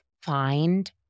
find